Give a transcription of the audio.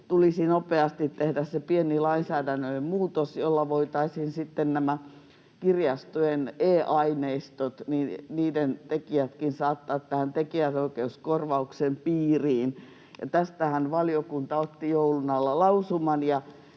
tulisi nopeasti tehdä se pieni lainsäädännöllinen muutos, jolla voitaisiin sitten kirjastojen e-aineistojen tekijätkin saattaa tähän tekijänoikeuskorvauksen piiriin. Tästähän valiokunta otti joulun alla lausuman,